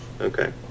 Okay